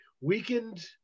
weakened